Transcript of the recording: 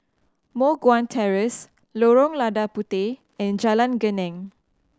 Moh Guan Terrace Lorong Lada Puteh and Jalan Geneng